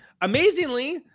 amazingly